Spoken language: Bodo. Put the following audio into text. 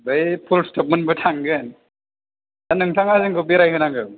बै फुलस्टबमोनबो थांगोन दा नोंथाङा जोंखौ बेरायहोनांगौ